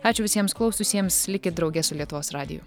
ačiū visiems klausiusiems likit drauge su lietuvos radiju